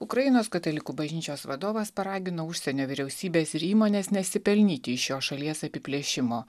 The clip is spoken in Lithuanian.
ukrainos katalikų bažnyčios vadovas paragino užsienio vyriausybes ir įmones nesipelnyti iš šios šalies apiplėšimo